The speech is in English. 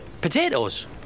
Potatoes